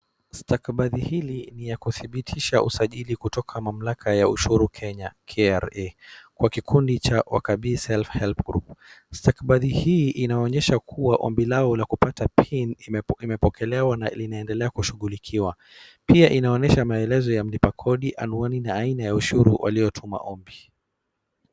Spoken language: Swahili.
Stakabadhi hii ni ya kudhibitisha usajili kutoka mamlaka ya ushuru Kenya, KRA , kwa kikundi cha [cs[ wakabii self help group . Stakabadhi hii inaonyesha kuwa ombi lao la kupata pin limepokelewa na linaendelea kushughulikiwa. Pia inaonyesha maelezo ya mlipa kodi, anwani na aina ya ushuru waliotuma ombi.